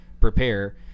prepare